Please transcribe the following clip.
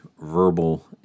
verbal